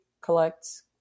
collects